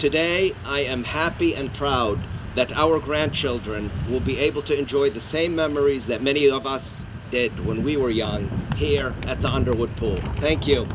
today i am happy and proud that our our grandchildren will be able to enjoy the same memories that many of us did when we were young here at the underwood pool thank you